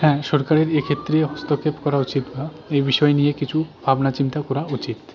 হ্যাঁ সরকারের এক্ষেত্রে হস্তক্ষেপ করা উচিত বা এ বিষয় নিয়ে কিছু ভাবনা চিন্তা করা উচিত